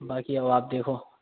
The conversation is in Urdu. باقی اب آپ دیکھو